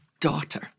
daughter